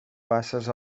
basses